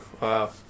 wow